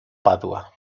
padua